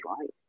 right